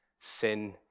sin